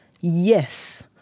yes